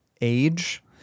age